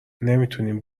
نمیتونیم